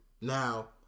Now